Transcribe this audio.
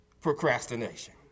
procrastination